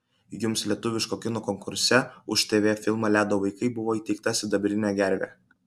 jums lietuviško kino konkurse už tv filmą ledo vaikai buvo įteikta sidabrinė gervė